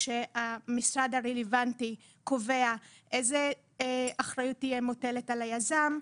כשהמשרד הרלוונטי קובע איזו אחריות תהיה מוטלת על היזם,